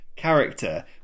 character